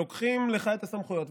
לוקחים לך את הסמכויות,